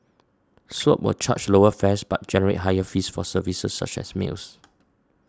swoop will charge lower fares but generate higher fees for services such as meals